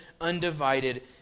undivided